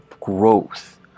growth